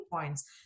points